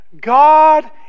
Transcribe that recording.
God